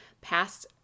past